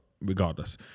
regardless